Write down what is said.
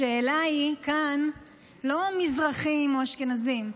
השאלה היא כאן לא מזרחים או אשכנזים.